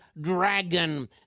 dragon